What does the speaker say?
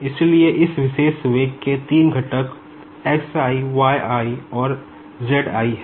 इसलिए इस विशेष वेग के 3 घटक x i y i और z i है